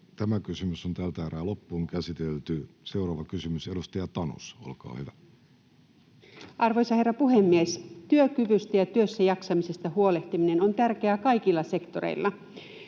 palkkaamisen helpottamisella. Seuraava kysymys, edustaja Tanus, olkaa hyvä. Arvoisa herra puhemies! Työkyvystä ja työssäjaksamisesta huolehtiminen on tärkeää kaikilla sektoreilla.